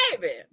baby